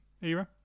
era